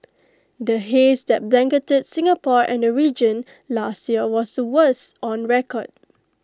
the haze that blanketed Singapore and the region last year was the worst on record